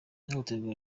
ihohotera